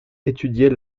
étudier